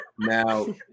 now